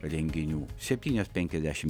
renginių septynios penkiasdešimt